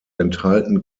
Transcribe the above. enthalten